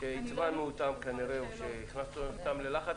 שעצבנו אותם כנראה או שהכנסנו אותם ללחץ,